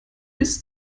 bis